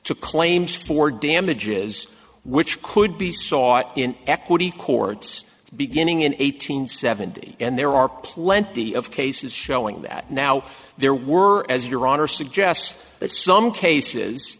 to claims for damages which could be sought in equity courts beginning in eight hundred seventy and there are plenty of cases showing that now there were as your honor suggests that some cases